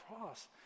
cross